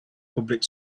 public